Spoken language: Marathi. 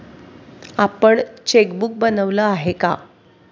आपण चेकबुक बनवलं आहे का?